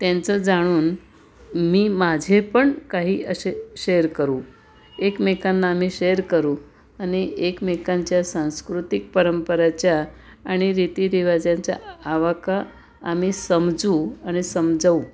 त्यांचं जाणून मी माझे पण काही असे शेअर करू एकमेकांना आम्ही शेअर करू आणि एकमेकांच्या सांस्कृतिक परंपराच्या आणि रीति रिवाजांच्या आवाका आम्ही समजू आणि समजवू